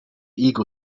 ego